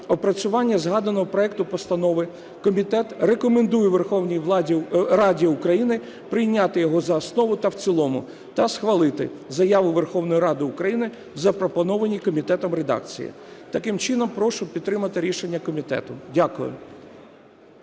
опрацювання згаданого проекту Постанови комітет рекомендує Верховній Раді України прийняти його за основу та в цілому та схвалити Заяву Верховної Ради України в запропонованій комітетом редакції. Таким чином, прошу підтримати рішення комітету. Дякую.